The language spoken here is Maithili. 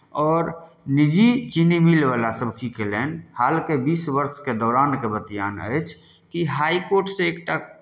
आओर निजी चीनी मिलवला सभ की कयलनि हालके बीस वर्षके दौरानके बतियान अछि कि हाइकोर्टसँ एकटा